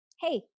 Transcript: Hey